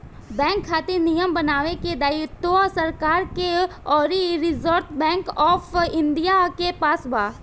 bank खातिर नियम बनावे के दायित्व सरकार के अउरी रिजर्व बैंक ऑफ इंडिया के पास बा